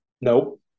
Nope